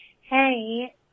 Hey